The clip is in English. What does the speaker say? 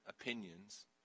opinions